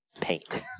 paint